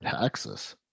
Texas